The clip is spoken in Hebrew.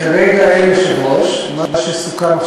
כרגע אין יושב-ראש.